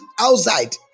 outside